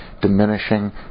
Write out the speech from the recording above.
diminishing